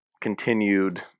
continued